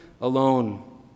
alone